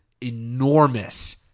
enormous